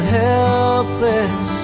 helpless